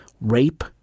rape